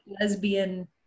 lesbian